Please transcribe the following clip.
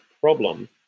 problem